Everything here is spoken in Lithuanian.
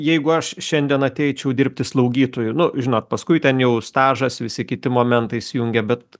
jeigu aš šiandien ateičiau dirbti slaugytoju nu žinot paskui ten jau stažas visi kiti momentai įsijungia bet